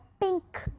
pink